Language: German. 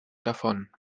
davon